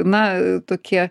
na tokie